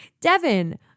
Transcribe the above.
Devin